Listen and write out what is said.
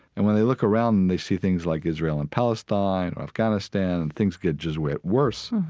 and when they look around, they see things like israel and palestine or afghanistan and things get just way worse,